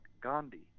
Gandhi